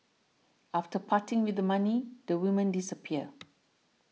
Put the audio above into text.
after parting with the money the women disappear